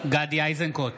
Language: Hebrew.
גדי איזנקוט,